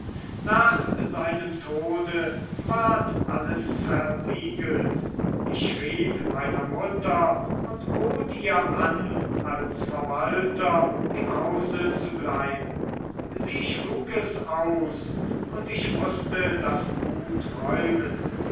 nach seinem tode ward alles versiegelt ich schrieb meiner mutter und bot ihr an als verwalter im hause zu bleiben sie schlug es aus und ich mußte das gut räumen